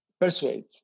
persuade